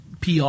PR